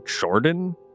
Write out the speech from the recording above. Jordan